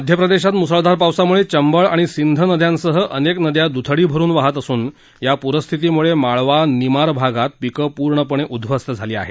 मध्य प्रदेशात मुसळधार पावसामुळेचंबळ आणि सिंध नद्यांसह अनेक नद्या दुथडी भरून वाहत असून या पुरस्थिती मुळे माळवा निमार भागात पिकं पूर्णपणे उद्ध्वस्त झाली आहेत